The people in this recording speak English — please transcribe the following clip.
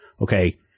okay